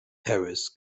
harris